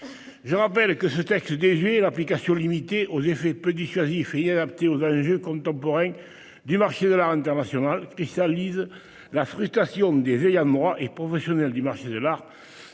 Je rappelle que ce texte désuet, à l'application limitée, aux effets peu dissuasifs, inadapté aux enjeux contemporains du marché de l'art international, cristallise la frustration des ayants droit et professionnels du marché de l'art.